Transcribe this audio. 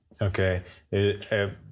okay